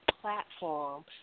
platform